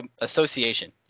association